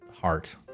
heart